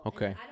Okay